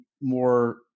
more